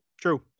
True